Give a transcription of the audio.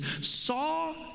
saw